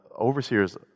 overseers